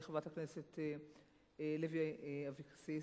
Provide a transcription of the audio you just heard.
חברת הכנסת לוי אבקסיס.